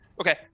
Okay